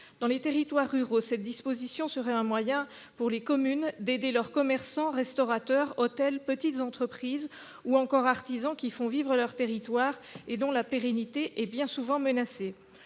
Dans les territoires ruraux, une telle disposition serait un moyen pour les communes d'aider leurs commerçants, restaurateurs, hôteliers, petits entrepreneurs ou encore artisans, qui font vivre leur territoire et dont la pérennité est bien souvent menacée.